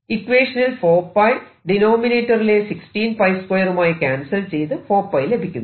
ഇക്വേഷനിൽ 4 𝜋 ഡിനോമിനേറ്റർ ലെ 16 𝜋2 മായി ക്യാൻസൽ ചെയ്ത് 4 𝜋 ലഭിക്കുന്നു